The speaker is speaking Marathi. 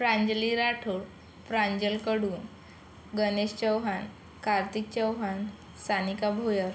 प्रांजली राठोड प्रांजल कडू गणेश चौहान कार्तिक चौहान सानिका भोयर